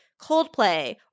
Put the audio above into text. Coldplay